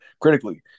critically